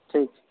ٹھیک